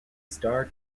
starred